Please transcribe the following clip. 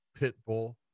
Pitbull